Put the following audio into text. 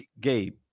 Gabe